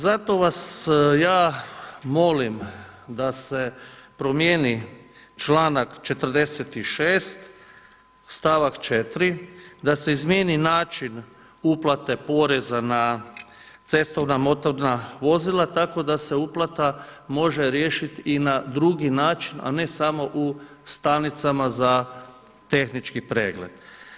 Zato vas ja molim da se promijeni članak 46. stavak 4 da se izmijeni način uplate poreza na cestovna motorna vozila tako da se uplata može riješiti i na drugi način, a ne samo u stanicama za tehnički pregled.